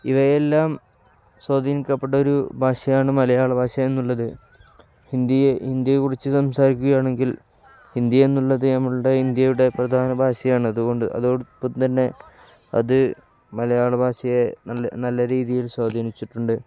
ഇവയെല്ലാം സ്വാധീനിക്കപ്പെട്ട ഒരു ഭാഷയാണ് മലയാള ഭാഷ എന്നുള്ളത് ഹിന്ദിയെ ഹിന്ദിയെക്കുറിച്ചു സംസാരിക്കുകയാണെങ്കിൽ ഹിന്ദി എന്നുള്ളത് നമ്മളുടെ ഇന്ത്യയുടെ പ്രധാന ഭാഷയാണ് അതുകൊണ്ട് അതോടൊപ്പം തന്നെ അതു മലയാള ഭാഷയെ നല്ല നല്ല രീതിയിൽ സ്വാധീനിച്ചിട്ടുണ്ട്